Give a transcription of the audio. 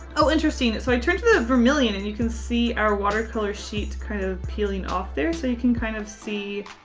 oh interesting. so i turn to the vermilion and you can see our watercolor sheets kind of peeling off there so you can kind of see.